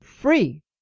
Free